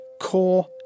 core